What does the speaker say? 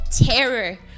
Terror